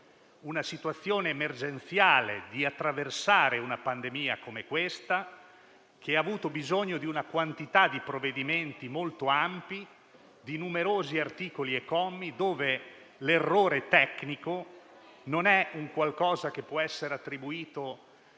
una situazione emergenziale, per attraversare una pandemia come questa, che ha avuto bisogno di una quantità di provvedimenti molto ampi, composti da numerosi articoli e commi, dove l'errore tecnico non è qualcosa che può essere attribuito